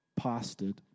pastored